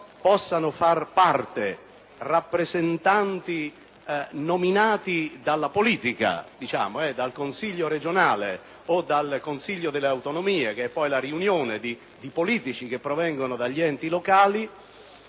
possano far parte rappresentanti nominati dalla politica, dal Consiglio regionale o dal Consiglio delle autonomie, che è poi la riunione di politici che provengono dagli enti locali.